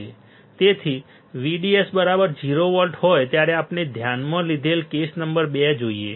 તેથી VDS 0 volt હોય ત્યારે આપણે ધ્યાનમાં લીધેલ કેસ નંબર 2 જોઈએ